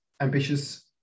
ambitious